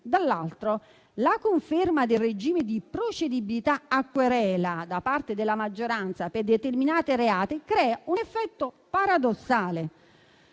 dall'altro la conferma del regime di procedibilità a querela da parte della maggioranza per determinati reati crea un effetto paradossale.